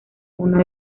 uno